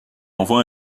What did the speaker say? envoie